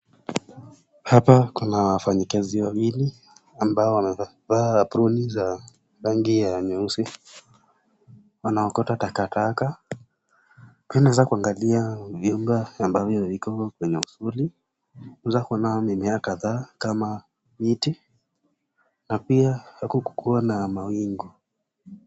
Hapa kuna wafanyikazi wawili ambao wamevaa aproni za rangi ya nyeusi wanaokota takataka, wanaweza kuangalia vyumba amabvyo viko kwenye usuli, waweza kuona mimea kadhaa kama miti na pia hakukua na mawingu.